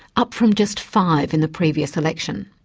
up from just five in the previous election.